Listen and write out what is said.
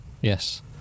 Yes